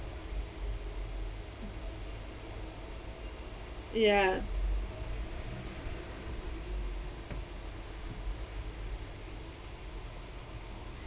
ya